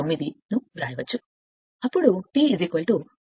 159 ను వ్రాయవచ్చు అప్పుడు T0